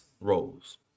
roles